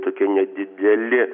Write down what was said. tokie nedideli